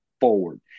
forward